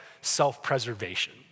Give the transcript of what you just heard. self-preservation